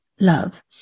love